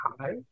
hi